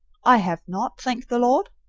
i have not, thank the lord!